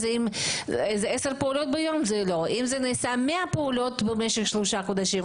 אם נעשו מאה פעולות במשך שלושה חודשים זה מספיק.